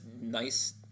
nice